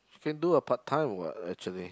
you can do a part time what actually